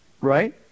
Right